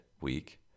week